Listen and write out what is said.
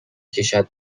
کشد